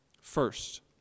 First